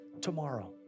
tomorrow